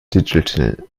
digital